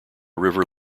river